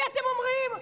לי אתם אומרים?